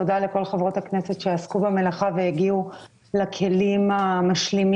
תודה לכל חברות הכנסת שעסקו במלאכה והגיעו לכלים המשלימים.